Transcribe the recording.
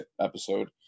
episode